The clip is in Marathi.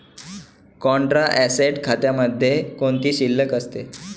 कॉन्ट्रा ऍसेट खात्यामध्ये कोणती शिल्लक असते?